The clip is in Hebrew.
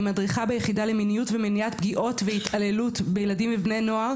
אני מדריכה ביחידה למניות ומניעת פגיעות והתעללות בילדים ובני נוער,